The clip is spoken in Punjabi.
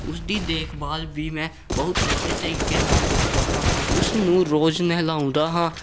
ਉਸਦੀ ਦੇਖਭਾਲ ਵੀ ਮੈਂ ਬਹੁਤ ਅੱਛੇ ਤਰੀਕੇ ਨਾਲ ਕਰਦਾ ਹਾਂ ਉਸਨੂੰ ਰੋਜ਼ ਨਹਿਲਾਉਂਦਾ ਹਾਂ